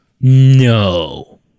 No